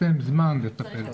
יש להם זמן לטפל בזה.